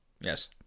Yes